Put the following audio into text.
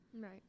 right